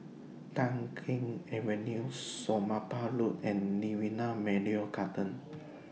Tai Keng Avenue Somapah Road and Nirvana Memorial Garden